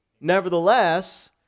nevertheless